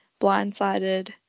blindsided